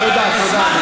טוב, תודה.